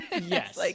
Yes